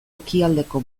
ekialdeko